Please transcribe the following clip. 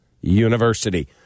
University